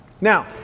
Now